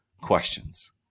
questions